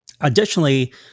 Additionally